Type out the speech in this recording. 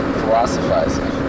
philosophizing